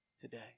today